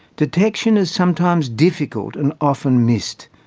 detection is sometimes difficult, and often missed.